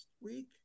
week